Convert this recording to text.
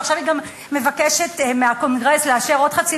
ועכשיו היא גם מבקשת מהקונגרס לאשר עוד חצי